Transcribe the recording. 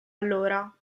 allora